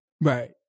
Right